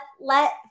let